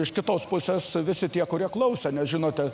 iš kitos pusės visi tie kurie klausė nes žinote